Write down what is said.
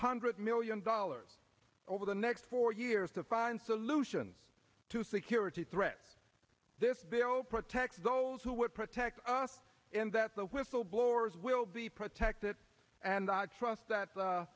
hundred million dollars over the next four years to find solutions to security threat this barrow protects those who would protect us and that the whistleblowers will be protected and i trust that